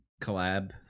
collab